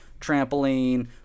Trampoline